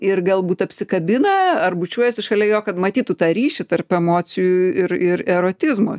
ir galbūt apsikabina ar bučiuojasi šalia jo kad matytų tą ryšį tarp emocijų ir ir erotizmo